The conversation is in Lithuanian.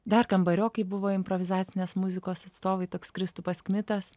dar kambariokai buvo improvizacinės muzikos atstovai toks kristupas kmitas